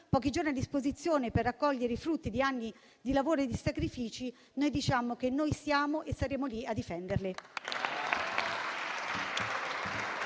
pochi giorni a disposizione per raccogliere i frutti di anni di lavoro e di sacrifici, noi diciamo che noi siamo e saremo lì a difenderle.